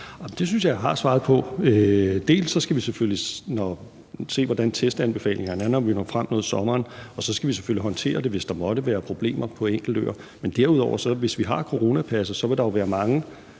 Det synes jeg jeg har svaret på. Vi skal selvfølgelig se, hvordan testanbefalingerne er, når vi når frem til sommeren, og så skal vi selvfølgelig håndtere det, hvis der måtte være problemer på enkelte øer, men derudover vil der jo være mange,